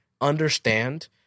understand